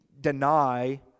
deny